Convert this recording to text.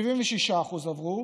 76% עברו,